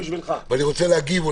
רוצה להגיב על